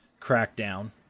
Crackdown